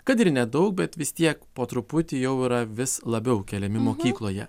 kad ir nedaug bet vis tiek po truputį jau yra vis labiau keliami mokykloje